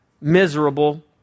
Miserable